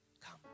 come